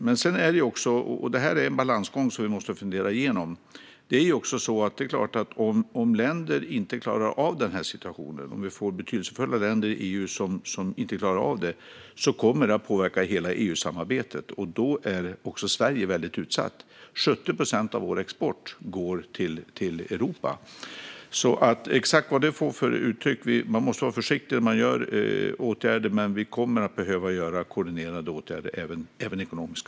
Det finns dock en balansgång som vi måste fundera igenom. Om betydelsefulla länder i EU inte klarar av situationen kommer det såklart att påverka hela EU-samarbetet. Då är också Sverige väldigt utsatt; 70 procent av vår export går ju till Europa. Man måste alltså vara försiktig när man vidtar åtgärder. Men vi kommer att behöva vidta koordinerade åtgärder, även ekonomiska.